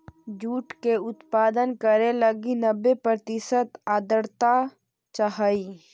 jute के उत्पादन करे लगी नब्बे प्रतिशत आर्द्रता चाहइ